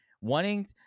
wanting